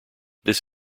this